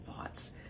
thoughts